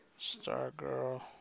Stargirl